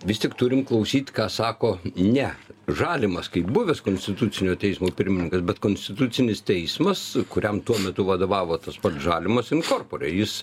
vis tik turim klausyt ką sako ne žalimas kaip buvęs konstitucinio teismo pirmininkas bet konstitucinis teismas kuriam tuo metu vadovavo tas pats žalimas in korpore jis